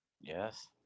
Yes